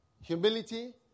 Humility